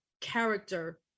character